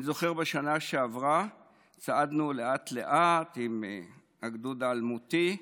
אני זוכר שבשנה שעברה צעדנו לאט-לאט עם "הגדוד האלמותי"